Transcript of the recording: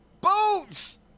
boats